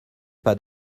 pas